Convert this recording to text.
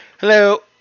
Hello